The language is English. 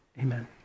Amen